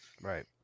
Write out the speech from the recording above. right